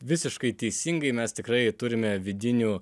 visiškai teisingai mes tikrai turime vidinių